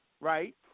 right